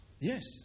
Yes